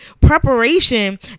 Preparation